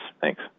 Thanks